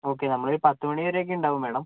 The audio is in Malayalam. ഓക്കെ നമ്മളൊരു പത്ത് മണി വരെ ഒക്കെ ഉണ്ടാവും മേഡം